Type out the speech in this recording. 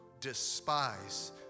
despise